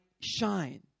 shine